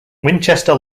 winchester